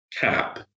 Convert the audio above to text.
cap